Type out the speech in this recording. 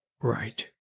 right